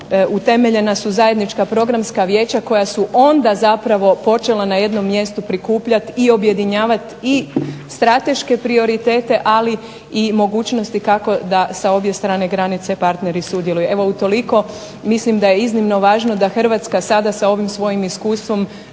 utemeljena su zajednička programska vijeća koja su onda zapravo počela na jednom mjestu prikupljati i objedinjavati i strateške prioritete, ali i mogućnosti kako da sa obje strane granice partneri sudjeluju. Evo utoliko, mislim da je iznimno važno da Hrvatska sada sa ovim svojim iskustvom